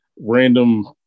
random